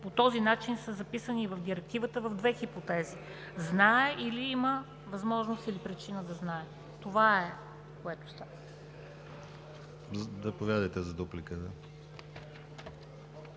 по този начин са записани в Директивата в две хипотези: знае или има възможност или причина да знае. ПРЕДСЕДАТЕЛ